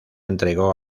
entregó